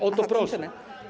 O to proszę.